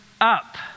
up